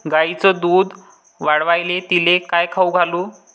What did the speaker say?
गायीचं दुध वाढवायले तिले काय खाऊ घालू?